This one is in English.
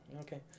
okay